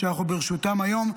שאנחנו ברשותם היום.